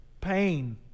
pain